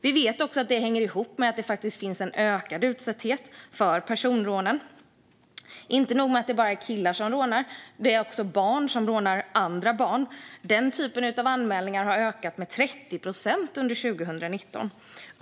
Vi vet också att det hänger ihop med att det faktiskt finns en ökad utsatthet för personrånen. Och inte nog med att killar blir rånade, det är också barn som rånar andra barn. Den typen av anmälningar har ökat med 30 procent under 2019.